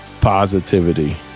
positivity